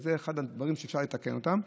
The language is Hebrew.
וזה אחד הדברים שאפשר לתקן אותם.